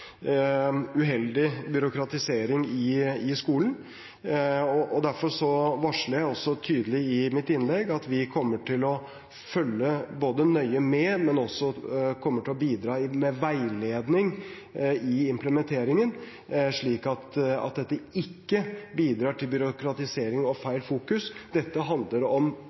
uheldig byråkratisering i skolen. Derfor varslet jeg tydelig i mitt innlegg at vi kommer til å følge nøye med, men også bidra med veiledning i implementeringen, slik at dette ikke bidrar til byråkratisering og feil fokus. Dette handler om